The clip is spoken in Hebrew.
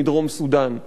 מדרום-סודן.